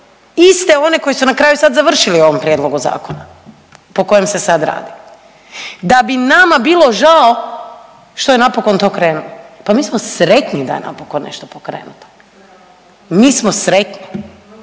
iste one koje su na kraju sad završili u ovom prijedlogu zakona po kojem se sad radi, da bi nama bilo žao što je napokon to krenulo. Pa mi smo sretni da je napokon nešto pokrenuto, mi smo sretni.